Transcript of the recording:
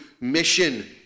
mission